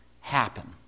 happen